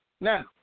Now